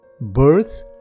birth